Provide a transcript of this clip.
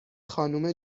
خانم